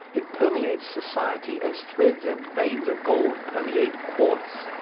it permeates society as threads and veins of gold permeate quartz.